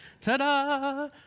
ta-da